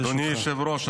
אדוני היושב-ראש,